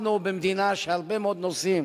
אנחנו במדינה שהרבה מאוד נושאים,